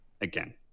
Again